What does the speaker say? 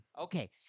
Okay